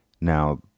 Now